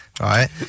right